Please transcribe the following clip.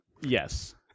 Yes